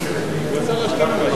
לקום?